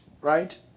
right